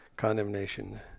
condemnation